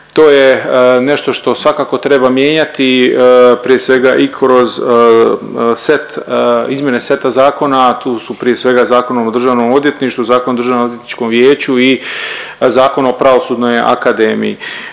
to je nešto što svakako treba mijenjati prije svega i kroz set, izmjene seta zakona a tu su prije svega Zakon o državnom odvjetništvu, Zakon o Državnoodvjetničkom vijeću i Zakon o Pravosudnoj akademiji.